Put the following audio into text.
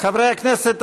חברי הכנסת,